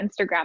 Instagram